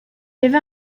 avait